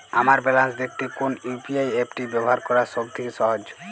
আমার ব্যালান্স দেখতে কোন ইউ.পি.আই অ্যাপটি ব্যবহার করা সব থেকে সহজ?